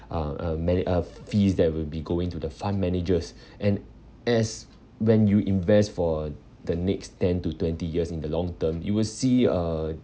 uh uh many uh fees that will be going to the fund managers and as when you invest for the next ten to twenty years in the long term you will see uh